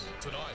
Tonight